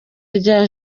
rya